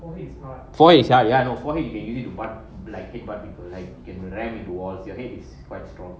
for me it's not for you sia ya know forehead when you need one like it but people like ram into walls your head is quite strong